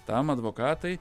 tam advokatai